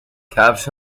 کفش